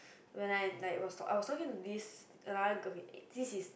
when I like was I was talking this another topic this is